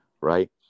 right